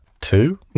two